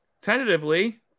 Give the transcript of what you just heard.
tentatively